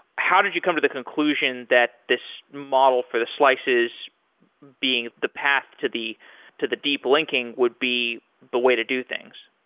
how did you come to the conclusion that this model for the slices being the path to the to the deep linking would be the way to do things?